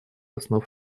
основ